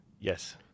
Yes